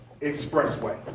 Expressway